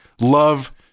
love